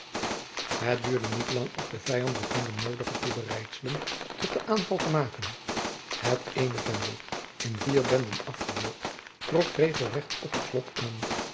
het duurde niet lang of de vijand begon de noodige toebereidselen tot den aanval te maken het eene vendel in vier benden afgedeeld trok regelrecht op het slot aan